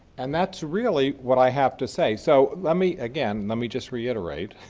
and that's really what i have to say, so let me, again let me just reiterate,